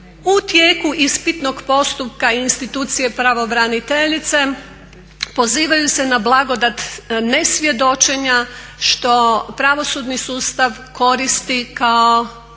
u tijeku ispitnog postupka i institucije pravobraniteljice. Pozivaju se na blagodat nesvjedočenja što pravosudni sustav koristi kao